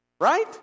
right